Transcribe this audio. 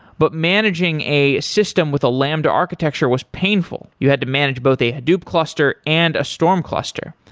but managing a system with a lambda architecture was painful. you had to manage both a hadoop cluster and a storm cluster.